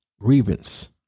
grievance